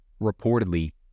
Reportedly